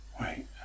wait